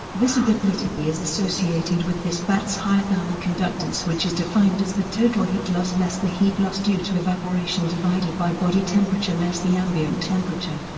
this ability is associated with this bat's high thermal conductance which is defined as the total heat loss less the heat loss due to evaporation divided by body temperature less the ambient temperature.